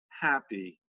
happy